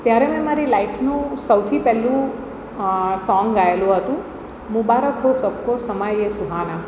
ત્યારે મેં મારી લાઇફનું સૌથી પહેલું સોંગ ગાએલું હતું મુબારક હો સબકો સમા યે સુહાના